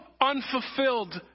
unfulfilled